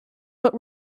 but